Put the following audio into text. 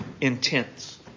intense